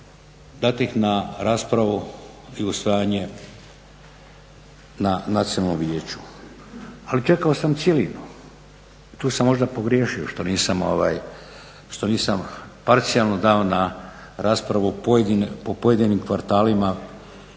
dati ih na raspravu i usvajanje na Nacionalnom vijeću. Ali čekao sam cjelinu. Tu sam možda pogriješio što nisam parcijalno dao na raspravu po pojedinim kvartalima